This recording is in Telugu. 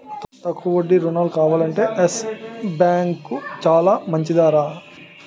తక్కువ వడ్డీ రుణాలు కావాలంటే యెస్ బాంకు చాలా మంచిదిరా